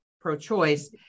pro-choice